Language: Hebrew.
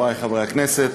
חברי חברי הכנסת,